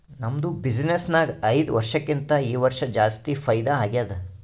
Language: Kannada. ನಮ್ದು ಬಿಸಿನ್ನೆಸ್ ನಾಗ್ ಐಯ್ದ ವರ್ಷಕ್ಕಿಂತಾ ಈ ವರ್ಷ ಜಾಸ್ತಿ ಫೈದಾ ಆಗ್ಯಾದ್